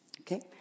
okay